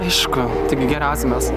aišku taigi geriausi mes